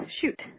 shoot